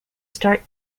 start